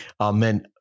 Amen